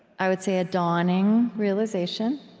i would say, a dawning realization